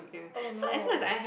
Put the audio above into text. oh no